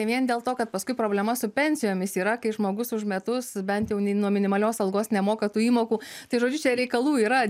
tai vien dėl to kad paskui problema su pensijomis yra kai žmogus už metus bent jau nei nuo minimalios algos nemoka tų įmokų tai žodžiu čia reikalų yra